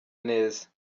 neza